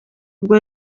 bwo